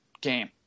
game